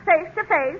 face-to-face